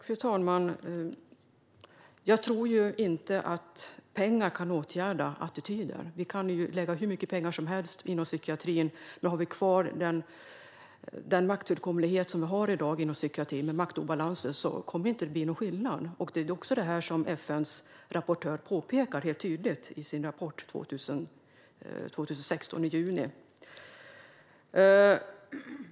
Fru talman! Jag tror inte att pengar kan åtgärda attityder. Vi kan lägga hur mycket pengar som helst inom psykiatrin. Men har vi kvar den maktfullkomlighet och de maktobalanser som vi har i dag inom psykiatrin kommer det inte att bli någon skillnad. Det är också det som FN:s rapportör påpekar helt tydligt i sin rapport i juni 2017.